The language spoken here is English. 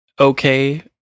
okay